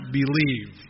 believe